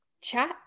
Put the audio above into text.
chat